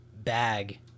bag